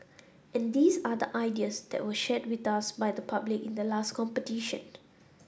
and these are the ideas that were shared with us by the public in the last competition